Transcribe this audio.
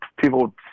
people